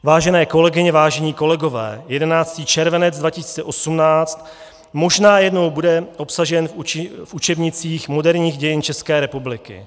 Vážené kolegyně, vážení kolegové, 11. červenec 2018 možná jednou bude obsažen v učebnicích moderních dějin České republiky.